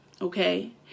Okay